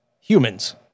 humans